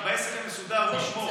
כי בעסק המסודר הוא ישמור,